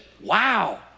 Wow